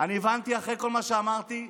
אחרי כל מה שאמרתי,